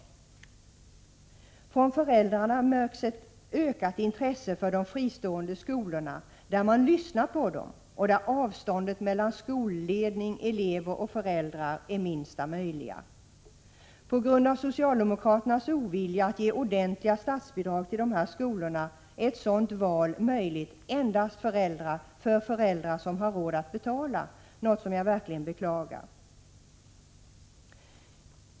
Från föräldrarna märks ett ökat intresse för de fristående skolorna, där man lyssnar på dem och där avståndet mellan skolledning, elever och föräldrar är minsta möjliga. På grund av socialdemokraternas ovilja att ge ordentliga statsbidrag till dessa skolor är ett sådant val möjligt endast för föräldrar som har råd att betala, något som jag verkligen beklagar.